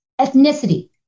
ethnicity